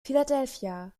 philadelphia